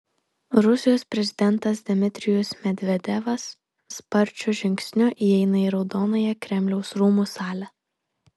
rusijos prezidentas dmitrijus medvedevas sparčiu žingsniu įeina į raudonąją kremliaus rūmų salę